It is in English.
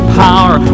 power